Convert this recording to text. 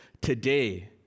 today